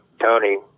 Tony